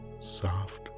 soft